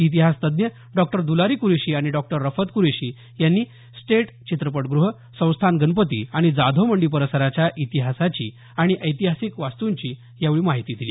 इतिहास तज्ज्ञ डॉक्टर दुलारी कुरेशी आणि डॉक्टर रफत कुरेशी यांनी स्टेट चित्रपटगृह संस्थान गणपती आणि जाधवमंडी परिसराच्या इतिहासाची आणि ऐतिहासिक वास्तूंची माहिती दिली